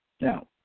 Now